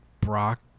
Brock